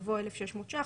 יבוא "1,600 ₪",